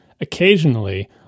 occasionally